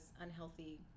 unhealthy